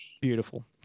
beautiful